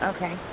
Okay